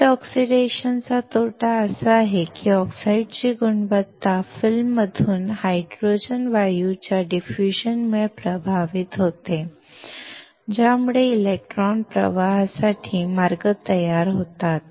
weight oxidation चा तोटा असा आहे की ऑक्साईडची गुणवत्ता फिल्ममधून हायड्रोजन वायूच्या डिफ्युजन मुळे प्रभावित होते ज्यामुळे इलेक्ट्रॉन प्रवाहासाठी मार्ग तयार होतात